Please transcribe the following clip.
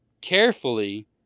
carefully